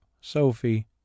Sophie